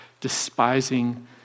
despising